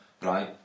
Right